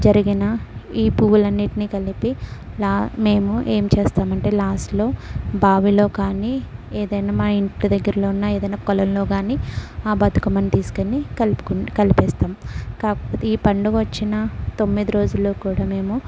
జరిగిన ఈ పువ్వులన్నిటిని కలిపి లా మేము ఏం చేస్తామంటే లాస్ట్లో బావిలో కానీ ఏదైనా మా ఇంటి దగ్గరలో ఉన్న ఏదైనా కోలనులో కాని ఆ బతుకమ్మని తీసుకొని కలుపుకుంట కలిపేస్తాం కాకపోతే ఈ పండగొచ్చిన తొమ్మిది రోజుల్లో కూడా మేము